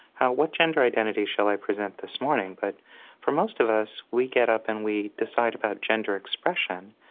hmm, what gender identity shall i present this morning? but for most of us, we get up and we decide about gender expression.